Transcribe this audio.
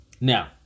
Now